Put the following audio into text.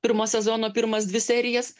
pirmo sezono pirmas dvi serijas